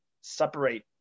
separate